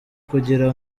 kugira